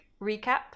recap